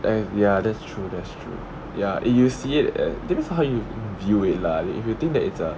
eh ya that's true that's true ya and you see it and~ depends on how you view it lah if you think that it's a